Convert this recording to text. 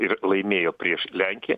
ir laimėjo prieš lenkiją